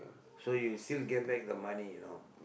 so you still get back the money you know